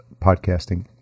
podcasting